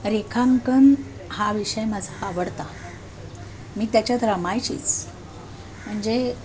रेखांकन हा विषय माझा आवडता मी त्याच्यात रमायचीच म्हणजे